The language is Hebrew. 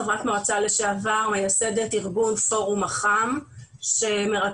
חברת מועצה לשעבר ומייסדת ארגון פורום אח"מ שמרכז